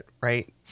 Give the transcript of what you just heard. right